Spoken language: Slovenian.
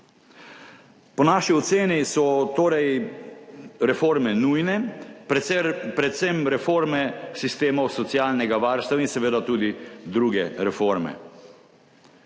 Po naši oceni so torej reforme nujne, predvsem, predvsem reforme sistemov socialnega varstva in seveda tudi druge reforme.